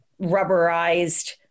rubberized